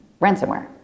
ransomware